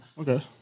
Okay